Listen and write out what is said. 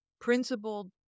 principled